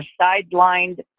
sidelined